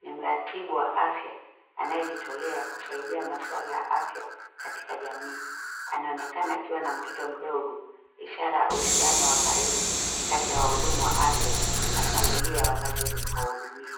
ni mratibu wa afya anayejitolea kusaidia maswala ya afya katika jamii. Anaonekana akiwa na mtoto mdogo ishara ya uhusiano wa karibu kati wahudumu wa afya na familia wanazohudumia.